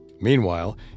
Meanwhile